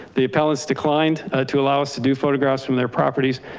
the appellant's declined to allow us to do photographs from their properties.